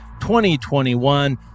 2021